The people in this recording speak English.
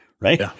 right